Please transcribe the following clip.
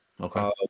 Okay